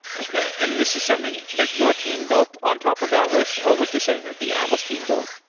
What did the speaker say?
okay. and this is something that your team built on top of atlas, or was this something that the atlas team built?